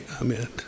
Amen